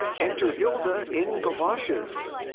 enter hilda in goloshes.